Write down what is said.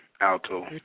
alto